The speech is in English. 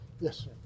Yes